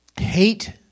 Hate